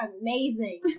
amazing